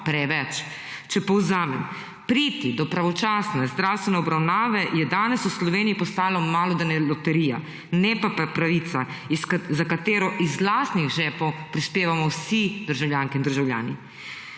Če povzamem. Priti do pravočasne zdravstvene obravnave je danes v Sloveniji postalo malodane loterija, ne pa pravica, za katero iz lastnih žepov prispevamo vsi državljanke in državljani.